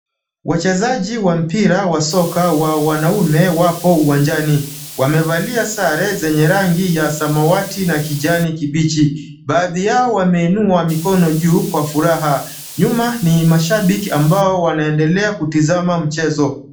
Wachezaji wa mpira wa soka wa wanaume wapo uwanjani, wamevalia sare zenye rangi ya samawati na kijani kibichi, baadhi yao wameinua mikono juu kwa furaha. Nyuma ni mashabiki ambao wanaendelea kutizama mchezo.